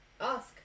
Ask